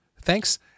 Thanks